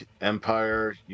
Empire